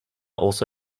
also